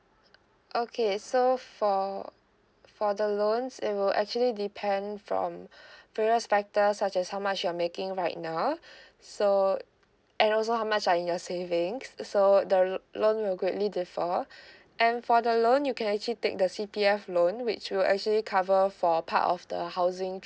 okay so for for the loans it will actually depend from various factors such as how much you're making right now so and also how much are in your savings so the l~ loan will greatly differ and for the loan you can actually take the C_P_F loan which will actually cover for part of the housing